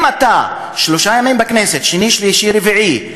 אם אתה שלושה ימים בכנסת, שני, שלישי, רביעי,